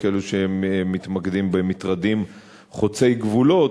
ויש כאלו שמתמקדים במטרדים חוצי גבולות,